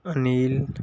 Anil